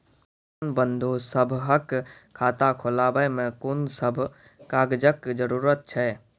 किसान बंधु सभहक खाता खोलाबै मे कून सभ कागजक जरूरत छै?